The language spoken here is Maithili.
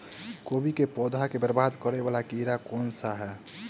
कोबी केँ पौधा केँ बरबाद करे वला कीड़ा केँ सा है?